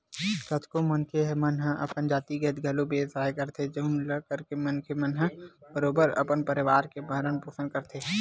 कतको मनखे मन हा अपन जातिगत घलो बेवसाय करथे जउन ल करके मनखे मन ह बरोबर अपन परवार के भरन पोसन करथे